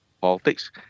politics